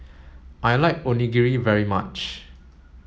I like Onigiri very much